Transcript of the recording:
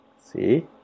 See